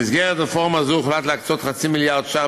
הוחלט להקצות במסגרת רפורמה זו חצי מיליארד שקלים